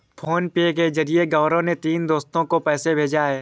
PhonePe के जरिए गौरव ने तीनों दोस्तो को पैसा भेजा है